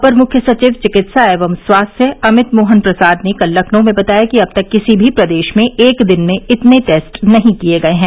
अपर मुख्य सचिव चिकित्सा एवं स्वास्थ्य अमित मोहन प्रसाद ने कल लखनऊ में बताया कि अब तक किसी भी प्रदेश में एक दिन में इतने टेस्ट नहीं किए गए हैं